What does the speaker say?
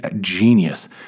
genius